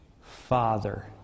father